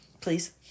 Please